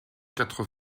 quatre